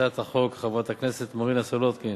הצעת החוק, חברת הכנסת מרינה סולודקין,